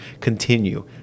continue